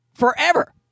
forever